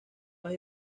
más